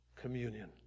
communion